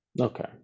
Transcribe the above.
okay